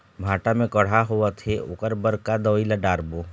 भांटा मे कड़हा होअत हे ओकर बर का दवई ला डालबो?